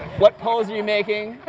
what pose are you making,